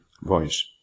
voice